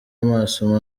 amaso